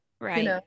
Right